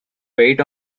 wait